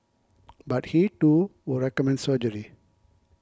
but he too would recommend surgery